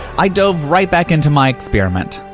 i dove right back in to my experiment.